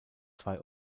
zwei